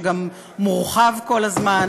שגם מורחב כל הזמן,